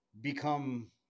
become